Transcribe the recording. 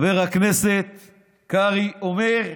חבר הכנסת קרעי, אומר: